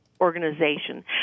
Organization